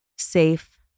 safe